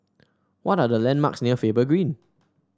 what are the landmarks near Faber Green